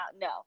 No